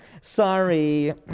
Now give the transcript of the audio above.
sorry